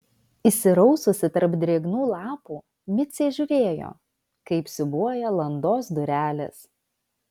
įsiraususi tarp drėgnų lapų micė žiūrėjo kaip siūbuoja landos durelės